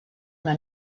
una